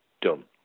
done